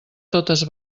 totes